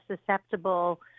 susceptible